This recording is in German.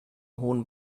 hohen